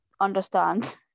understand